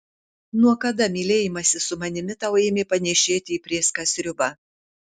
nuo kada mylėjimasis su manimi tau ėmė panėšėti į prėską sriubą